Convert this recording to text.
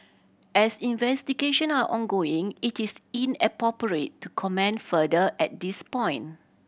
as investigation are ongoing it is inappropriate to comment further at this point